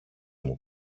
μου